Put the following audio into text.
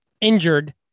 injured